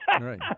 right